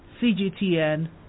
CGTN